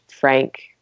Frank